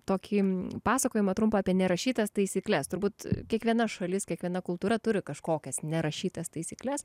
tokį pasakojimą trumpą apie nerašytas taisykles turbūt kiekviena šalis kiekviena kultūra turi kažkokias nerašytas taisykles